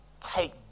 take